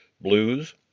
Blues